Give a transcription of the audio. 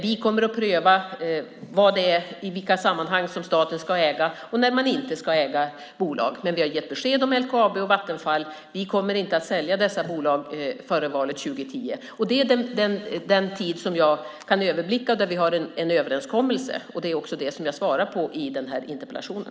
Vi kommer att pröva i vilka sammanhang som staten ska äga och inte ska äga bolag, men vi har gett besked om LKAB och Vattenfall. Vi kommer inte att sälja dessa bolag före valet 2010. Det är den tid som jag kan överblicka och där vi har en överenskommelse, och det är också det som jag svarar på i den här interpellationen.